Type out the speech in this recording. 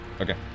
Okay